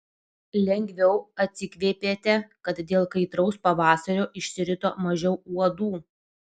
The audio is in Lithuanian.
lengviau atsikvėpėte kad dėl kaitraus pavasario išsirito mažiau uodų